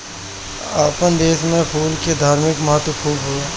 आपन देस में फूल के धार्मिक महत्व खुबे हवे